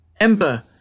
Ember